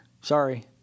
Sorry